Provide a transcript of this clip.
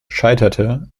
scheiterte